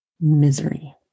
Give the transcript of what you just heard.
misery